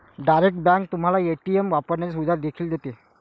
direct bank तुम्हाला ATM वापरण्याची सुविधा देखील देते